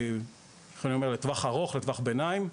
לטווח הארוך, לטווח ביניים.